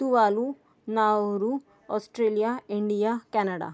Tuvalu Nauru Australia India Canada